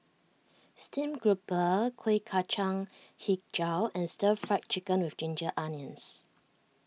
Steamed Grouper Kuih Kacang HiJau and Stir Fried Chicken with Ginger Onions